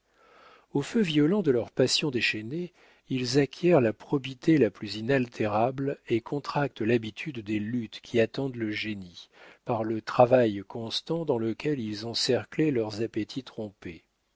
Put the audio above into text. au feu violent de leurs passions déchaînées ils acquièrent la probité la plus inaltérable et contractent l'habitude des luttes qui attendent le génie par le travail constant dans lequel ils ont cerclé leurs appétits trompés